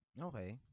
Okay